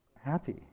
happy